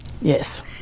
Yes